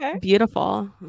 Beautiful